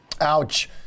ouch